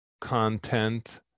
content